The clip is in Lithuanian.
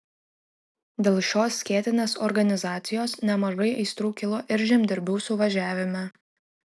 dėl šios skėtinės organizacijos nemažai aistrų kilo ir žemdirbių suvažiavime